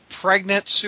pregnant